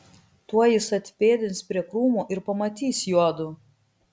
tuoj jis atpėdins prie krūmo ir pamatys juodu